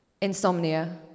Insomnia